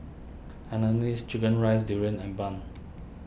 Hainanese Chicken Rice Durian and Bun